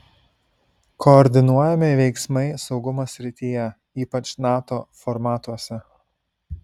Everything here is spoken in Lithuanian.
koordinuojami veiksmai saugumo srityje ypač nato formatuose